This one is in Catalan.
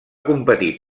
competir